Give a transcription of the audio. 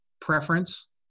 preference